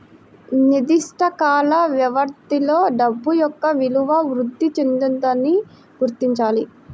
నిర్దిష్ట కాల వ్యవధిలో డబ్బు యొక్క విలువ వృద్ధి చెందుతుందని గుర్తించాలి